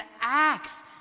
acts